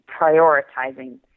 prioritizing